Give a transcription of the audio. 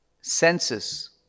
senses